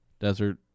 Desert